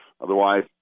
Otherwise